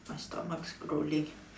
my stomach's growling